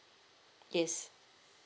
yes